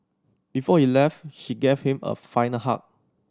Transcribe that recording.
before he left she gave him a final hug